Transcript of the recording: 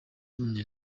w’umunya